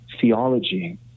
theology